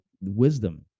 wisdom